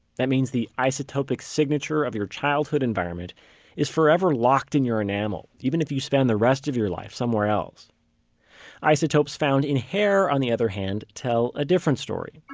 that means the isotopic signature of your childhood environment is forever locked in your enamel, even if you spent the rest of your life somewhere else isotopes found in hair, on the other hand, tell a different story